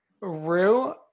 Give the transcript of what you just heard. Rue